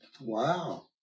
Wow